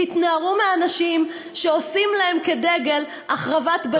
תתנערו מהאנשים שעושים להם דגל מהחרבת בתים,